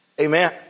amen